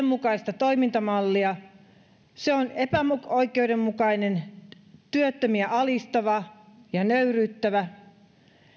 mukaista toimintamallia se on epäoikeudenmukainen työttömiä alistava ja nöyryyttävä